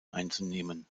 einzunehmen